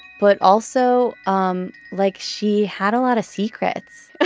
but also um like she had a lot of secrets.